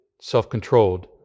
self-controlled